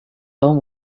tom